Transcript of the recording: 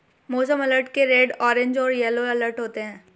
मौसम अलर्ट के red orange और येलो अलर्ट होते हैं